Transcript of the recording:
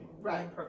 Right